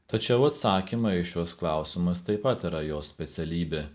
tačiau atsakymai į šiuos klausimus taip pat yra jo specialybė